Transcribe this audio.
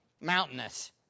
mountainous